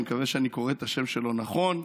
אני מקווה שאני קורא את השם שלו נכון.